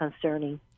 concerning